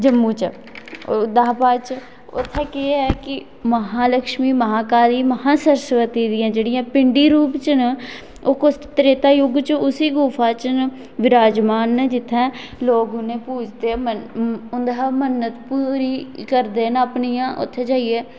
जम्मू च उदहा बाद च उत्थै केह् ऐ कि महालक्ष्मी महाकाली महा सरस्वती दियां जेह्ड़ियां पिंडी रूप च न ओह् कोस त्रेता युग च उसी गुफा च न विराजमान न जित्थै लोक उनेंई पूजदे न उंदें हा मन्नत पूरी करदे न अपनियां उत्थै जाइयै